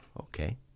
okay